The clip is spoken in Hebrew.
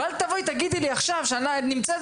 אבל אל תבואי ותגידי לי עכשיו שאת נמצאת